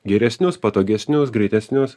geresnius patogesnius greitesnius